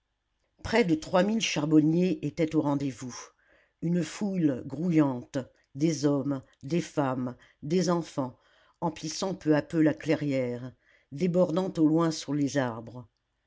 près de trois mille charbonniers étaient au rendez-vous une foule grouillante des hommes des femmes des enfants emplissant peu à peu la clairière débordant au loin sous les arbres